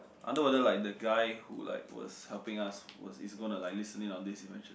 I wonder like the guy who like was helping us was is going to like listening to this eventually